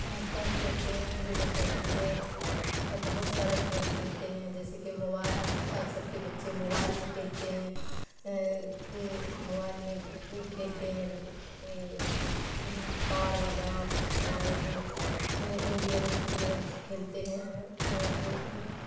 آس پاس کھیلتے ہیں گلی ڈنٹڈا کھیلتے ہیں اور بہت سارا کھیل کھیلتے ہیں جیسے کہ آج آج کل کے بچے موبائل میں کھیلتے ہیں موبائل میں کھیلتے ہیں کار والا اور انڈین میچ کھیلتے ہیں اور